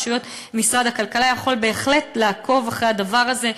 משרד הכלכלה יכול בהחלט לעקוב אחרי הדבר הזה.